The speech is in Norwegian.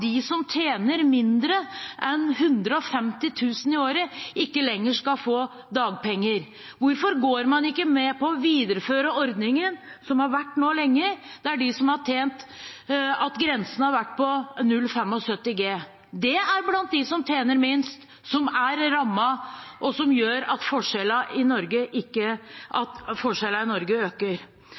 de som tjener mindre enn 150 000 kr i året, ikke lenger skal få dagpenger. Hvorfor går man ikke med på å videreføre den ordningen som har vært lenge nå, at grensen har vært på 0,75 G? Det er blant dem som tjener minst, som er rammet, og som gjør at forskjellene i Norge øker, så hvorfor foreslår man ikke